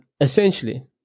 Essentially